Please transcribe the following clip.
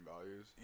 values